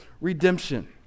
redemption